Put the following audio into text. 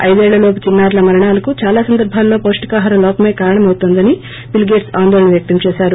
ఐదేళ్ళలోపు చిన్నారుల మరణాలకు చాలా సందర్పాలలో పొష్లికాహార లోపమే కారణమవుతోందని బిల్ గేట్స్ ఆందోళన వ్యక్తం చేశారు